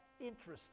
interesting